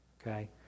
okay